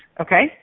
okay